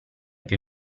più